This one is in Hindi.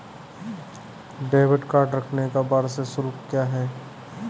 डेबिट कार्ड रखने का वार्षिक शुल्क क्या है?